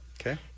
Okay